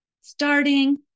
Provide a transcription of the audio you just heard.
starting